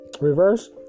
Reverse